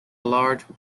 large